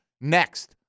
next